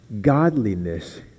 godliness